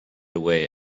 away